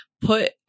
put